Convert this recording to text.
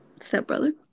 Stepbrother